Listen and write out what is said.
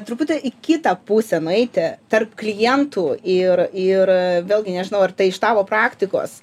truputį į kitą pusę nueiti tarp klientų ir ir vėlgi nežinau ar tai iš tavo praktikos